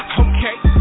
okay